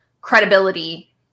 credibility